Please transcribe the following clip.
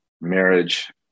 marriage